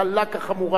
קלה כחמורה.